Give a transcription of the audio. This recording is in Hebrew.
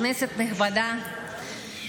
כנסת נכבדה,